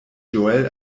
joel